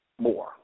more